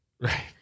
Right